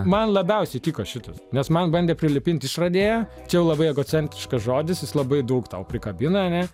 man labiausiai tiko šitos nes man bandė prilipinti išradėją čia jau labai egocentriškas žodis jis labai daug tau prikabina ane